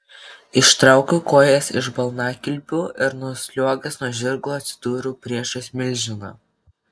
ištraukiau kojas iš balnakilpių ir nusliuogęs nuo žirgo atsidūriau priešais milžiną